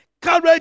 courage